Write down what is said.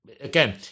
again